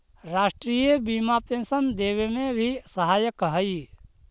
राष्ट्रीय बीमा पेंशन देवे में भी सहायक हई